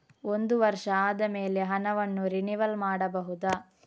ಒಂದು ವರ್ಷ ಆದಮೇಲೆ ಹಣವನ್ನು ರಿನಿವಲ್ ಮಾಡಬಹುದ?